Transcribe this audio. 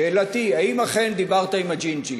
שאלתי היא: האם אכן דיברת עם הג'ינג'י?